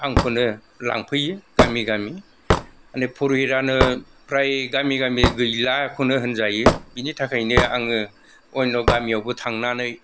आंखौनो लांफैयो गामि गामि माने पुरुहितानो फ्राय गामि गामि गैलानो होनजायो बिनिथाखायनो आङो अन्य गामियावबो थांनानै